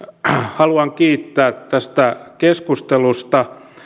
haluan kiittää tästä keskustelusta